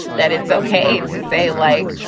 that it's ok to say, like,